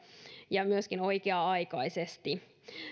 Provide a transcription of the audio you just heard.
ja myöskin oikea aikaisesti